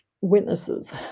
witnesses